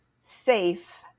safe